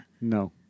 No